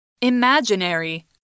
Imaginary